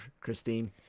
Christine